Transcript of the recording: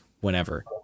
whenever